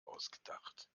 ausgedacht